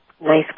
Nice